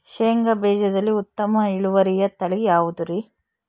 ಶೇಂಗಾ ಬೇಜದಲ್ಲಿ ಉತ್ತಮ ಇಳುವರಿಯ ತಳಿ ಯಾವುದುರಿ?